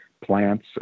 plants